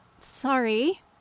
Sorry